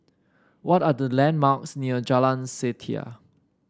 what are the landmarks near Jalan Setia